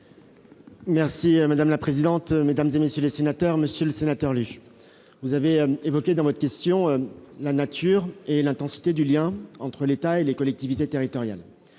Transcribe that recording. Merci madame la présidente, mesdames et messieurs les sénateurs, Monsieur le Sénateur, lu, vous avez évoqué dans votre question, la nature et l'intensité du lien entre l'État et les collectivités territoriales,